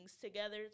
together